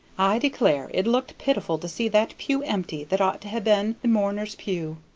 i declare it looked pitiful to see that pew empty that ought to ha' been the mourners' pew.